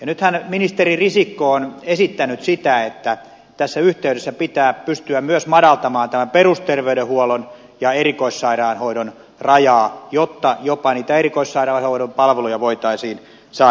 nythän ministeri risikko on esittänyt sitä että tässä yhteydessä pitää pystyä myös madaltamaan tämän perusterveydenhuollon ja erikoissairaanhoidon rajaa jotta jopa niitä erikoissairaanhoidon palveluja voitaisiin saada lähempää